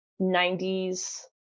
90s